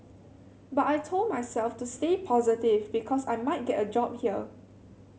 but I told myself to stay positive because I might get a job here